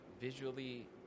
visually